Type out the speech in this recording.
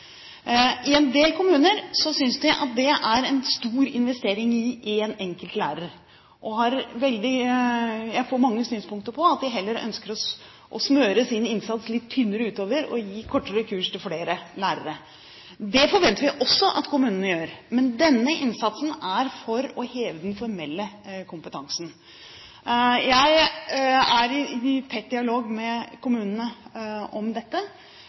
enkelt lærer. Jeg får mange synspunkter som går på at de heller ønsker å smøre sin innsats litt tynnere utover, og gi kortere kurs til flere lærere. Det forventer vi også at kommunene gjør, men denne innsatsen er for å heve den formelle kompetansen. Jeg er i tett dialog med kommunene om dette.